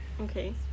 Okay